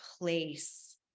place